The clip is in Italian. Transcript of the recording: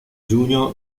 giugno